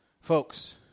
Folks